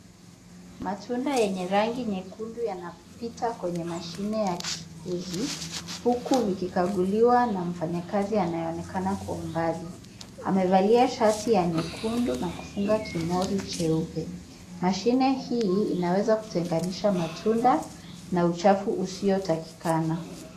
Matunda yenye rangi nyekundu yanapita kwenye mashine ya kichukuzi huku vikikaguliwana mfanyakazi anayeonekana kwa umbali. Amevalia shati ya nyekundu na kufunga kimori cheupe. Mashine hii inaweza kutenganisha matunda na uchafu usio takikana.